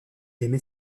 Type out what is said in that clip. aimait